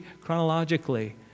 chronologically